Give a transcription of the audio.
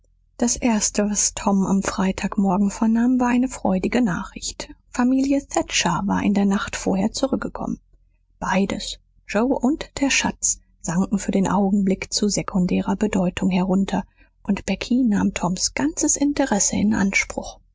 das erste was tom am freitagmorgen vernahm war eine freudige nachricht familie thatcher war in der nacht vorher zurückgekommen beides joe und der schatz sanken für den augenblick zu sekundärer bedeutung herunter und becky nahm toms ganzes interesse in anspruch